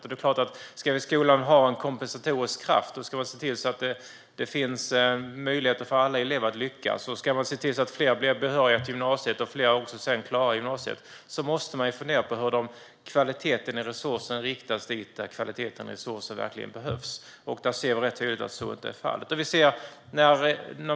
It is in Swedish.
Om skolan ska ha en kompensatorisk kraft och om man ska se till att det finns möjligheter för alla elever att lyckas, att fler blir behöriga till gymnasiet och att fler sedan också klarar gymnasiet måste man rikta kvaliteten i resursen dit där den verkligen behövs. Vi ser rätt tydligt att så inte är fallet.